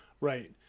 Right